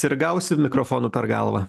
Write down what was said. ir gausi mikrofonu per galvą